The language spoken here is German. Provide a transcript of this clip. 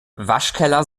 waschkeller